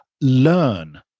learn